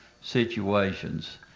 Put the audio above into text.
situations